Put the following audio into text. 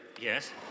Yes